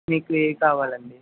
మీకు ఏవి కావాలండీ